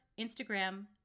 Instagram